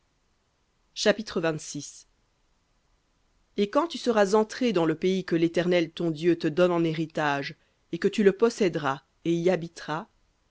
chapitre et quand tu seras entré dans le pays que l'éternel ton dieu te donne en héritage et que tu le possèderas et y habiteras